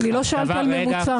לא שאלתי על ממוצע.